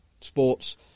sports